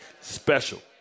special